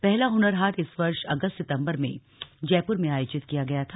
पहला हुनर हाट इस वर्ष अगस्त सितम्बर में जयपुर में आयोजित किया गया था